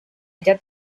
ella